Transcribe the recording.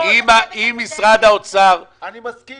אני מסכים.